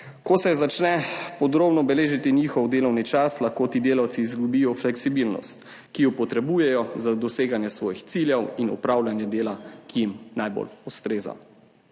Ko se začne podrobno beležiti njihov delovni čas, lahko ti delavci izgubijo fleksibilnost, ki jo potrebujejo za doseganje svojih ciljev in opravljanje dela, ki jim najbolj ustreza.